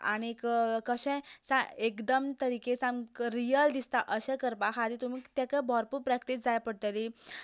आनीक कशें एकदम तरीके सामके रियल दिसता अशें करपा खातीर तुमी तेका भरपूर प्रॅक्टीस जाय पडटली